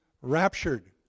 raptured